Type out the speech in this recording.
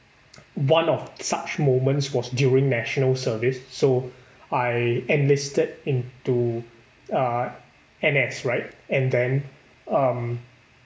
one of such moments was during national service so I enlisted into uh N_S right and then um